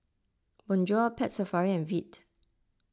Bonjour Pet Safari and Veet